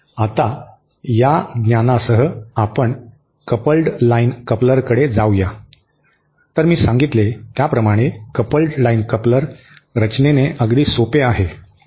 आता या ज्ञानासह आपण कपल्ड लाइन कपलरकडे जाऊ या तर मी सांगितले त्या प्रमाणे कपल्ड लाइन कपलर रचनेने अगदी सोपे आहे